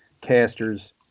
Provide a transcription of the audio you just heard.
casters